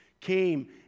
came